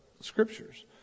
scriptures